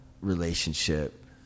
relationship